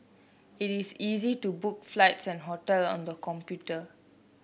it is easy to book flights and hotel on the computer